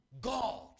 God